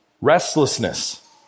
Restlessness